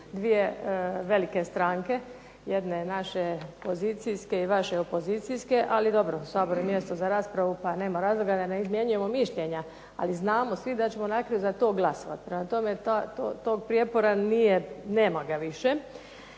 Dvije velike stranke, jedne naše pozicijske i vaše opozicijske, ali dobro Sabor je mjesto za raspravu pa nema razloga da ne izmjenjujemo mišljenja. Ali znamo svi da ćemo za to glasovati, prema tome, tog prijepora nema više,